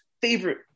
Favorite